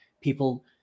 people